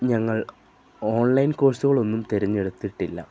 ഞങ്ങൾ ഓൺലൈൻ കോഴ്സുകളൊന്നും തിരഞ്ഞെടുത്തിട്ടില്ല